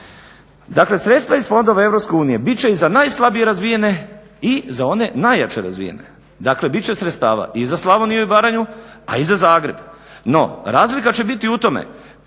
Dakle sredstva iz fondova Europske unije bit će i za najslabije razvijene i za one najjače razvijene, dakle bit će sredstava i za Slavoniju i Baranju, a i za Zagreb, no razlika će biti u tome